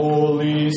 Holy